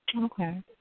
okay